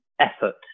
effort